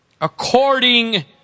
according